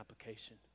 application